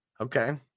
Okay